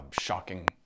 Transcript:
shocking